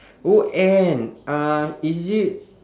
oh N uh is it